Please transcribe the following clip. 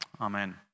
Amen